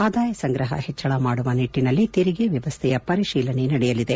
ಆದಾಯ ಸಂಗ್ರಹ ಹೆಚ್ಚಳ ಮಾಡುವ ನಿಟ್ಟಿನಲ್ಲಿ ತೆರಿಗೆ ವ್ಯವಸ್ಥೆಯ ಪರಿಶೀಲನೆ ನಡೆಯಲಿದೆ